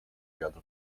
wiatr